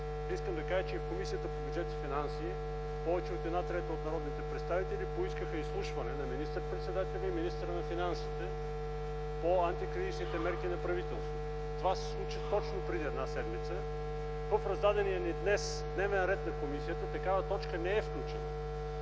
Искам да кажа, че в Комисията по бюджет и финанси повече от една трета от народните представители поискаха изслушване на министър-председателя и на министъра на финансите по антикризисните мерки на правителството. Това се случи точно преди една седмица. В раздадения ни днес дневен ред на комисията такава точка не е включена.